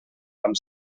vam